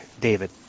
David